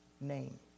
name